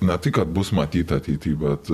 ne tai kad bus matyt ateity bet